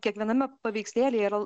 kiekviename paveikslėlyje yra